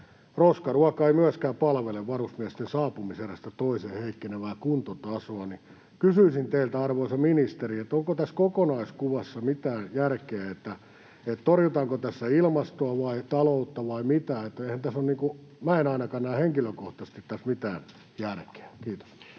Roskaruoka ei myöskään palvele varusmiesten saapumiserästä toiseen heikkenevää kuntotasoa. Kysyisin teiltä, arvoisa ministeri: onko tässä kokonaiskuvassa mitään järkeä, torjutaanko tässä ilmastoa vai taloutta vai mitä? Minä en ainakaan näe henkilökohtaisesti tässä mitään järkeä. — Kiitos.